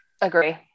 agree